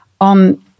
on